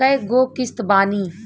कय गो किस्त बानी?